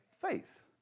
Faith